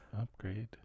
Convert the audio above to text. upgrade